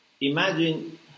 Imagine